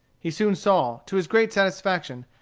he soon saw, to his great satisfaction,